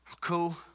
cool